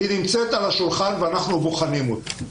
היא נמצאת על השולחן ואנחנו בוחנים אותה.